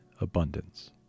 abundance